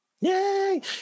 Yay